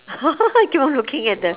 keep on looking at the